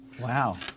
Wow